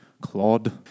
Claude